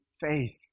faith